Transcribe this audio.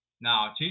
Now